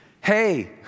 hey